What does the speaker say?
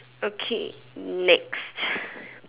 okay next